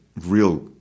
real